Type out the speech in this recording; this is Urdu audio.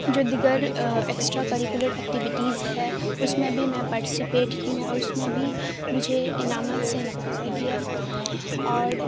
جو دیگر ایکسٹرا کیریکولر ایکٹوٹیز ہے اس میں بھی میں پارٹیسپیٹ کی ہوں اور اس میں بھی مجھے انعامات سے نوازا گیا اور